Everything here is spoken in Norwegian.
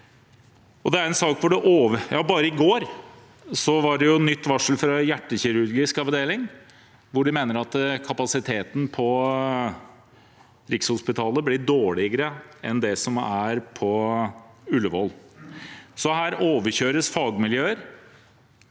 Bare i går var det et nytt varsel fra hjertekirurgisk avdeling, hvor de mener at kapasiteten på Rikshospitalet blir dårligere enn på Ullevål. Så her overkjøres fagmiljøer.